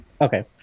Okay